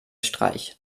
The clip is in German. streich